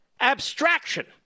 abstraction